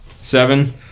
Seven